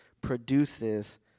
produces